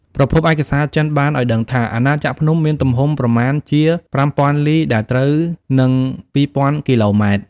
ប្រភពឯកសារចិន បានឱ្យដឹងថា អាណាចក្រភ្នំមានទំហំប្រមាណជា ៥០០០ លី ដែលត្រូវនឹង ២០០០ គីឡូម៉ែត្រ។